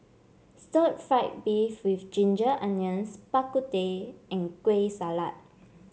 Stir Fried Beef with Ginger Onions Bak Kut Teh and Kueh Salat